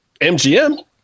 MGM